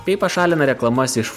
bei pašalina reklamas iš